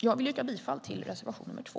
Jag yrkar bifall till reservation nr 2.